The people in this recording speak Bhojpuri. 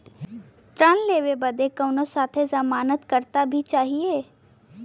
ऋण लेवे बदे कउनो साथे जमानत करता भी चहिए?